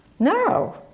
No